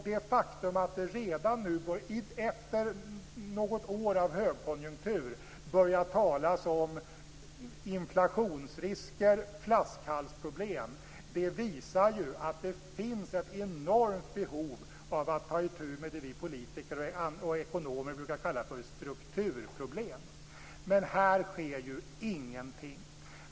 Det faktum att det redan efter något år av högkonjunktur börjar talas om inflationsrisker och flaskhalsproblem visar att det finns ett enormt behov av att ta itu med det vi politiker och ekonomer brukar kalla strukturproblem. Här sker ingenting.